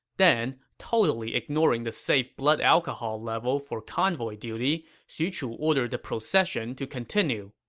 then, totally ignoring the safe blood alcohol level for convoy duty, xu chu ordered the procession to continue.